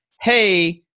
hey